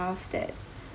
staff that